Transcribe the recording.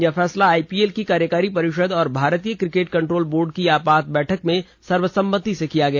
यह फैसला आईपीएल की कार्यकारी परिषद् और भारतीय क्रिकेट कंट्रोल बोर्ड की आपात बैठक में सर्वसम्मति से किया गया